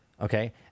Okay